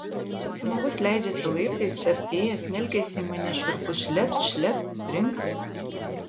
žmogus leidžiasi laiptais artėja smelkiasi į mane šiurpus šlept šlept trinkt